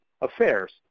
affairs